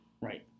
Right